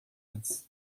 antes